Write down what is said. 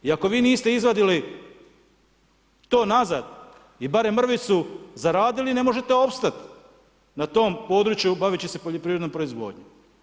I ako vi niste izvadili to nazad i barem mrvicu zaradili, ne možete opstati, na tom području bavit će se poljoprivrednom proizvodnjom.